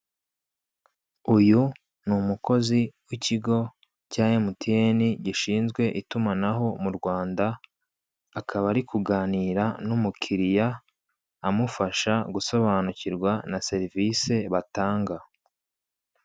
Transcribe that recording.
Uyu ni umukozi w'ikigo cya MTN gishinzwe itumanaho mu Rwanda akaba ari kuganira n'umukiriya, amufasha gusobanukirwa na serivise batanga.